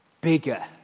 bigger